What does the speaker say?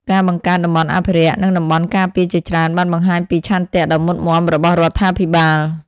ការបង្កើតតំបន់អភិរក្ស និងតំបន់ការពារជាច្រើនបានបង្ហាញពីឆន្ទៈដ៏មុតមាំរបស់រដ្ឋាភិបាល។